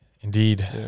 Indeed